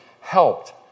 helped